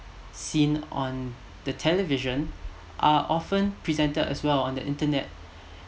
seen on the television are often presented as well on the internet